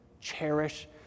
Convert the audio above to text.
Cherish